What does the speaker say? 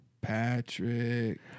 Patrick